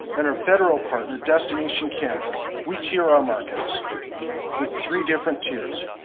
and our federal partner, destination canada, we tier our markets with three different tiers.